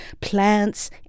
plants